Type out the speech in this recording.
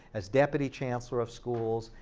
as deputy chancellor of schools,